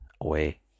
away